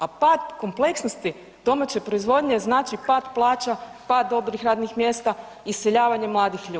A pad kompleksnosti domaće proizvodnje znači pad plaća, pad dobrih radnih mjesta, iseljavanje mladih ljudi.